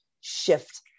shift